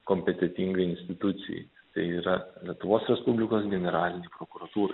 kompetentingai institucijai tai yra lietuvos respublikos generalinei prokuratūrai